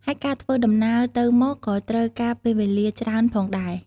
ហើយការធ្វើដំណើរទៅមកក៏ត្រូវការពេលវេលាច្រើនផងដែរ។